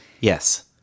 yes